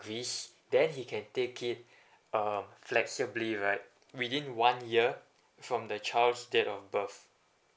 agrees then he can take it uh flexibly right within one year from the child's date of birth